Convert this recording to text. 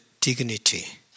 dignity